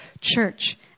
church